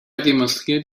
demonstriert